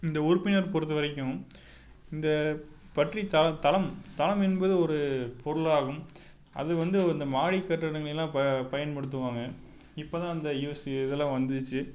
இந்த உறுப்பினர் பொறுத்த வரைக்கும் இந்த பற்றி தள தளம் தளம் என்பது ஒரு பொருளாகும் அது வந்து இந்த மாடி கட்டடங்களி எல்லாம் ப பயன்படுத்துவாங்க இப்போ தான் அந்த யுஎஸ்எ இது எல்லாம் வந்துருச்சு